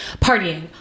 partying